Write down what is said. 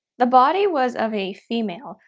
the body was of a female,